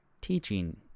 teaching